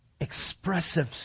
expressive